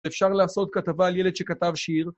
אפשר לעשות כתבה על ילד שכתב שיר.